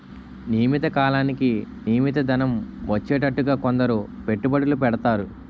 నియమిత కాలానికి నియమిత ధనం వచ్చేటట్టుగా కొందరు పెట్టుబడులు పెడతారు